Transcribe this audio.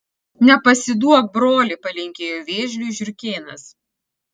nepasiduok broli palinkėjo vėžliui žiurkėnas